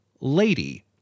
lady